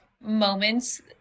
moments